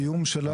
הקיום שלו,